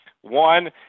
One